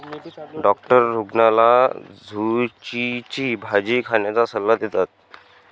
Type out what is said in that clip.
doctor रुग्णाला झुचीची भाजी खाण्याचा सल्ला देतात